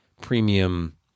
premium